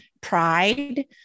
pride